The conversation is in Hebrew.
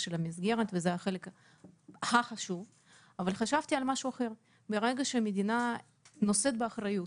יש בה עוד משהו: ברגע שהמדינה נושאת באחריות